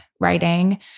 writing